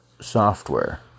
software